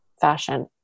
fashion